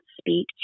speak